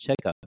checkup